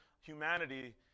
humanity